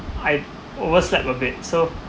I overslept a bit so